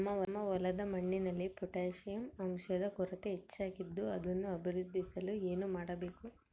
ನಮ್ಮ ಹೊಲದ ಮಣ್ಣಿನಲ್ಲಿ ಪೊಟ್ಯಾಷ್ ಅಂಶದ ಕೊರತೆ ಹೆಚ್ಚಾಗಿದ್ದು ಅದನ್ನು ವೃದ್ಧಿಸಲು ಏನು ಮಾಡಬೇಕು?